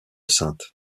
saintes